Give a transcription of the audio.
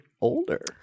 older